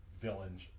villain